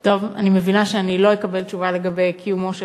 טוב, אני מבינה שאני לא אקבל תשובה לגבי קיומו של,